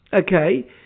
okay